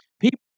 people